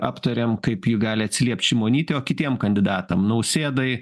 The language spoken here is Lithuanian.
aptariam kaip ji gali atsiliept šimonytei o kitiem kandidatam nausėdai